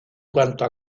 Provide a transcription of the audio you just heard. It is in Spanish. cuanto